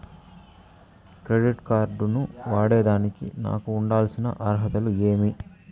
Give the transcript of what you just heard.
Credit card ను వాడేదానికి నాకు ఉండాల్సిన అర్హతలు ఏమి?